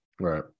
right